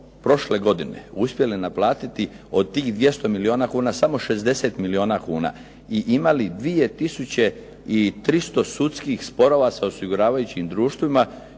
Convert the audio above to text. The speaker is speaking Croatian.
prošle godine uspjeli naplatiti od tih 200 milijuna kuna samo 60 milijuna kuna i imali 2300 sudskih sporova sa osiguravajućim društvima